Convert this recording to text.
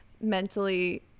mentally